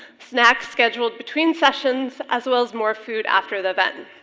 snacks scheduled between sessions, as well as more food after the event.